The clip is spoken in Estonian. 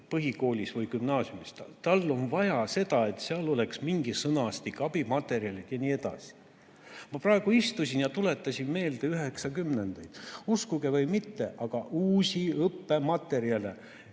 põhikoolis või gümnaasiumis. Tal on vaja seda, et seal oleks mingi sõnastik, abimaterjalid ja nii edasi. Ma praegu istusin ja tuletasin meelde 1990-ndaid. Uskuge või mitte, aga uusi õppematerjale,